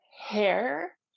hair